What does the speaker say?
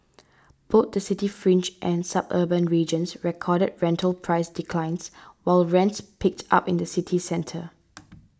both the city fringe and suburban regions recorded rental price declines while rents picked up in the city centre